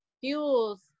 fuels